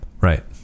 right